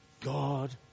God